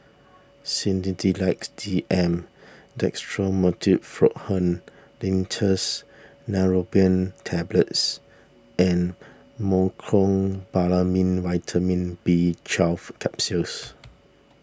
Sedilix D M Dextromethorphan Linctus Neurobion Tablets and Mecobalamin Vitamin B Twelve Capsules